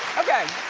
okay.